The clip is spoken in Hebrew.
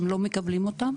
הם לא מקבלים אותם,